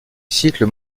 cycle